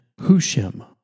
Hushim